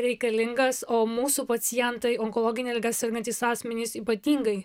reikalingas o mūsų pacientai onkologine liga sergantys asmenys ypatingai